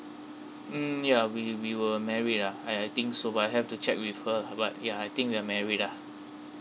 mm ya we we were married ah I I think so I have to check with her but ya I think we are married ah